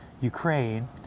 Ukraine